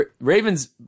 Ravens